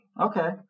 Okay